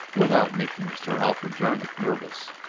without making sir alfred jarnock nervous.